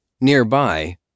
Nearby